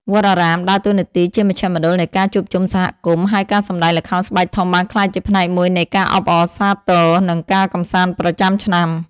វត្តអារាមដើរតួនាទីជាមជ្ឈមណ្ឌលនៃការជួបជុំសហគមន៍ ហើយការសម្តែងល្ខោនស្បែកធំបានក្លាយជាផ្នែកមួយនៃការអបអរ និងការកម្សាន្តប្រចាំឆ្នាំ។